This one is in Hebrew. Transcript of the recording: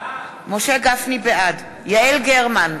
בעד יעל גרמן,